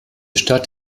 stadt